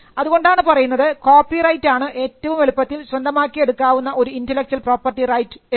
അതുകൊണ്ടാണ് പറയുന്നത് copyright ആണ് ഏറ്റവും എളുപ്പത്തിൽ സ്വന്തമാക്കി എടുക്കാവുന്ന ഒരു ഇന്റെലക്ച്വൽ പ്രോപ്പർട്ടി റൈറ്റ് എന്ന്